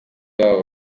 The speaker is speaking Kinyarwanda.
babo